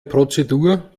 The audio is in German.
prozedur